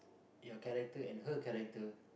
your character and her character